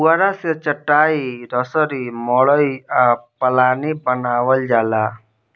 पुआरा से चाटाई, रसरी, मड़ई आ पालानी बानावल जाला